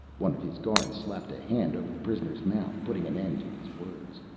one of his guards slapped a hand over the prisoner's mouth putting an end to his words.